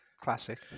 Classic